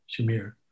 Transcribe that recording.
Shamir